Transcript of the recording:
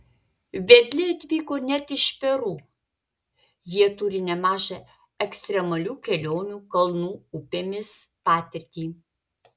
vedliai atvyko net iš peru jie turi nemažą ekstremalių kelionių kalnų upėmis patirtį